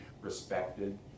respected